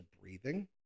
breathing